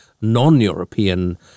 non-European